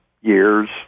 years